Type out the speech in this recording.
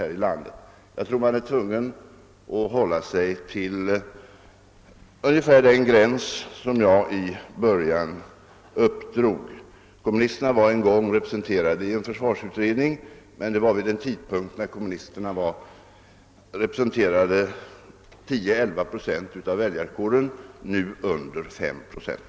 Nej, jag tror att man är tvungen att hålla sig till ungefär den gräns som jag här dragit upp. Kommunisterna var en gång representerade i en försvarsutredning, men det var under en tid då partiet hade 10 å 11 procent av väljarkåren; nu har partiet bara 5 procent.